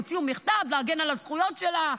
הוציאו מכתב להגן על הזכויות שלה,